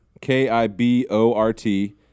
K-I-B-O-R-T